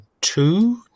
two